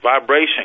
vibration